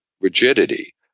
rigidity